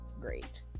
great